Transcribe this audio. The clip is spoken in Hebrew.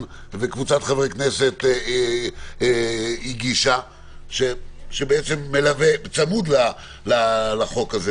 וקבוצת חברי כנסת הגישה שצמוד לחוק הזה.